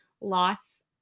loss